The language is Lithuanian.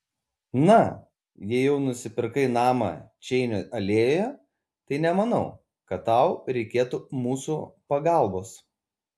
na jei jau nusipirkai namą čeinio alėjoje tai nemanau kad tau reikėtų mūsų pagalbos